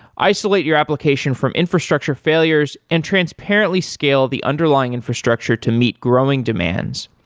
isolate your application from infrastructure failures and transparently scale the underlying infrastructure to meet growing demands,